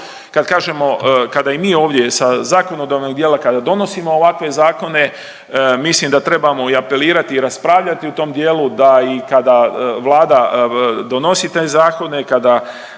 kad kažemo, kada i mi ovdje sa zakonodavnog dijela kada donosimo ovakve zakone mislim da trebamo i apelirati i raspravljati u tom dijelu da i kada Vlada donosi te zakone, kada